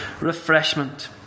refreshment